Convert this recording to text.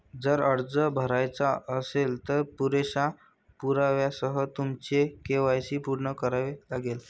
जर अर्ज भरायचा असेल, तर पुरेशा पुराव्यासह तुमचे के.वाय.सी पूर्ण करावे लागेल